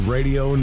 Radio